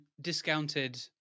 discounted